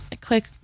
quick